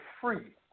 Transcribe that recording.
free